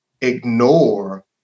ignore